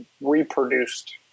reproduced